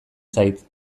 zait